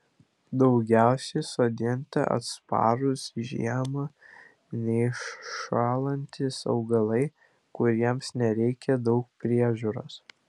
daugiausiai sodinti atsparūs žiemą neiššąlantys augalai kuriems nereikia daug priežiūros